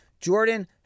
Jordan